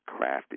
crafted